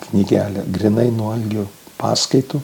knygelė grynai nuo algio paskaitų